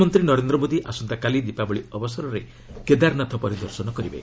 ପ୍ରଧାନମନ୍ତ୍ରୀ ନରେନ୍ଦ୍ର ମୋଦି ଆସନ୍ତାକାଲି ଦୀପାବଳି ଅବସରରେ କେଦାରନାଥ ପରିଦର୍ଶନ କରିବେ